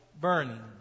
burning